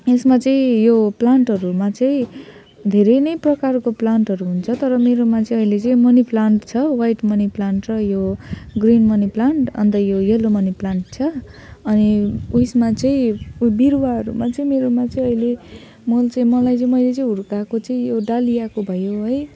यसमा चाहिँ यो प्लान्टहरूमा चाहिँ धेरै नै प्रकारको प्लान्टहरू हुन्छ तर मेरोमा चाहिँ अहिले चाहिँ मनी प्लान्ट छ ह्वाइट मनी प्लान्ट र यो ग्रिन मनी प्लान्ट अन्त यो यल्लो मनी प्लान्ट छ अनि उयसमा चाहिँ बिरुवाहरूमा चाहिँ मेरोमा चाहिँ अहिले मल चाहिँ मलाई चाहिँ मैले चाहिँ हुर्काएको चाहिँ यो डालियाको भयो है